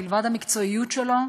מלבד המקצועיות שלו,